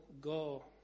go